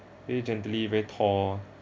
very gently very tall